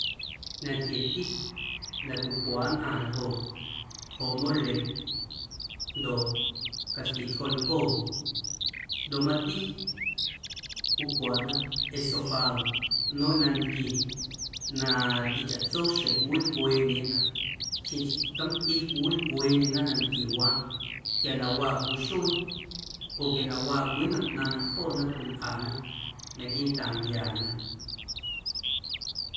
Nantquieti na cwiwaꞌ nnꞌaⁿ ljoo joꞌ mole ndoꞌ caxti tscolcoo ndoꞌ mati cwicwaꞌna esofado nmeiⁿꞌ nantquie na tichaꞌtso xjeⁿ cwiwilꞌueeꞌndye nnꞌaⁿ xjeⁿ nchii tomti cwiwilꞌueeꞌndyena nantquiewaaꞌ quia na waa cwii xuee oo quia na waa cwii nnom na joona cwilꞌana naquiiꞌntaaⁿ ncꞌiaana.